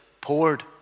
poured